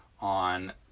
on